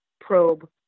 probe